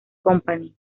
company